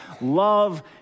Love